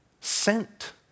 Sent